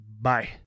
Bye